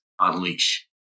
unleash